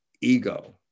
ego